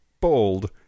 bold